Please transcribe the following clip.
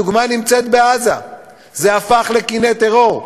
הדוגמה נמצאת בעזה: זה הפך לקני טרור,